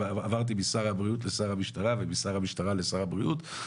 עברתי משר הבריאות לשר המשטרה ומשר המשטרה לשר הבריאות,